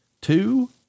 two